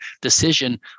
decision